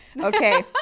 Okay